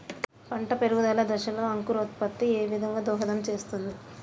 పంట పెరుగుదల దశలో అంకురోత్ఫత్తి ఏ విధంగా దోహదం చేస్తుంది?